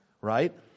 right